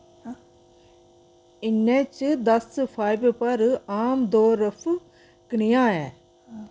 NH दस फाईवे पर आमदोरफ कनेहा ऐ